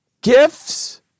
gifts